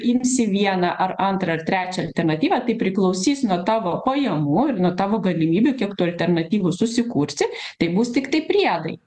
imsi vieną ar antrą ar trečią alternatyvą tai priklausys nuo tavo pajamų ir nuo tavo galimybių kiek tu alternatyvų susikursi tai bus tiktai priedai